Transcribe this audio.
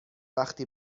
وقتی